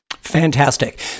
Fantastic